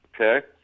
okay